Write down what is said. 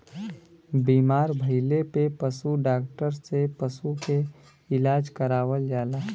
बीमार भइले पे पशु डॉक्टर से पशु के इलाज करावल जाला